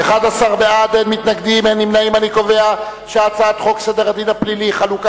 ההצעה להעביר את הצעת חוק סדר הדין הפלילי (תיקון מס' 64)